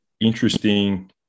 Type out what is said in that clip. interesting